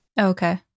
Okay